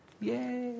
Yay